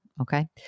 Okay